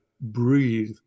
breathe